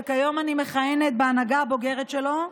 שכיום אני מכהנת בהנהגה הבוגרת שלו,